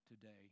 today